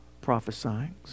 prophesying